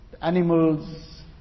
animals